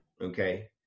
Okay